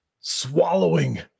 swallowing